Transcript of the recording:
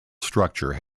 structure